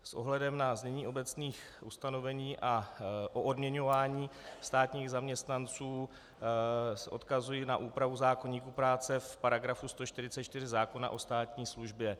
S ohledem na znění obecných ustanovení o odměňování státních zaměstnanců se odkazuji na úpravu zákoníku práce v § 144 zákona o státní službě.